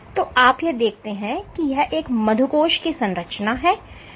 तो आप क्या देखते हैं कि यह एक मधुकोश की संरचना जैसा है